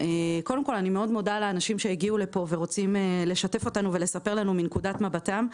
מאוד מודה לאנשים שהגיעו לכאן ורוצים לשתף אותנו ולספר לנו מנקדות מבטם.